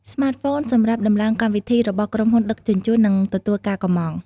ស្មាតហ្វូនសម្រាប់ដំឡើងកម្មវិធីរបស់ក្រុមហ៊ុនដឹកជញ្ជូន និងទទួលការកម្ម៉ង់។